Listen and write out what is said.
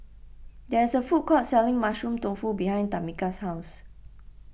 there is a food court selling Mushroom Tofu behind Tamika's house